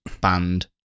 banned